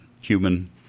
human